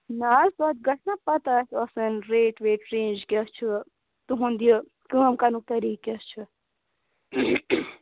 نہ حظ پَتہٕ گژھِ نا پَتہ اسہِ آسٕنۍ ریٹ ویٹ رینٛج کیٛاہ چھُ تُہُنٛد یہِ کٲم کَرنُک طریٖقہٕ کیٛاہ چھُ